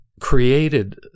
created